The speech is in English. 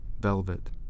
Velvet